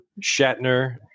Shatner